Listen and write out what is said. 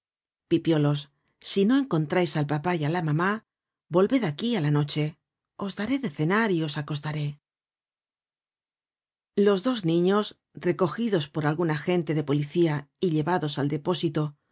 pipiolos si no encontrais al papá y á la mamá volved aquí á la no che os daré de cenar y os acostaré los dos niños recogidos por algun agente de policía y llevados al depósito